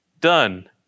Done